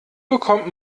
bekommt